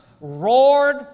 roared